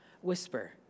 whisper